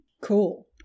Cool